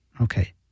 Okay